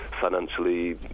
Financially